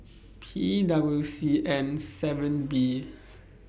P W C N seven B